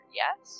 yes